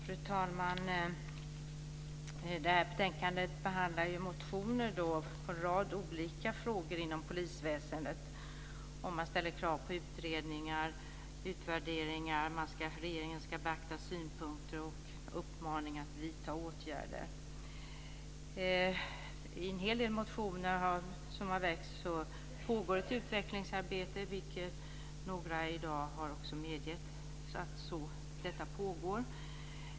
Fru talman! I detta betänkande behandlas motioner om en rad olika frågor inom polisväsendet. Man ställer krav på utredningar och utvärderingar, och regeringen ska beakta synpunkter och uppmanas att vidta åtgärder. En hel del motioner har väckts i frågor där det pågår ett utvecklingsarbete. Några talare har i dag också medgett att detta arbete pågår.